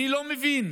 אני לא מבין,